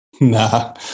Nah